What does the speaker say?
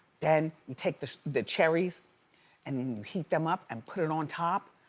then you take the the cherries and heat them up, and put it on top.